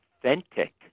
authentic